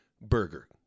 burger